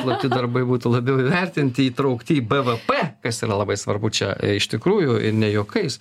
slapti darbai būtų labiau įvertinti įtraukti į bvp kas yra labai svarbu čia iš tikrųjų ir ne juokais